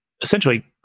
essentially